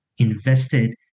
Invested